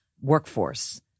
workforce